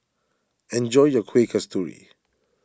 enjoy your Kueh Kasturi